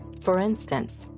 for instance,